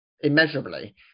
immeasurably